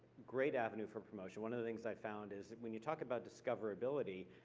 great avenue for promotion. one of the things i found is that when you talk about discoverability,